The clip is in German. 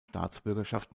staatsbürgerschaft